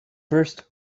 first